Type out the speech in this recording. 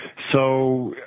so,